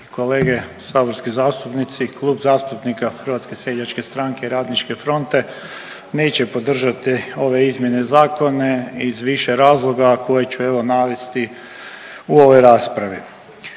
kolege saborski zastupnici, Klub zastupnika Hrvatske seljačke stranke i Radničke fronte neće podržati ove izmjene zakona iz više razloga, a koje ću evo navesti u ovoj raspravi.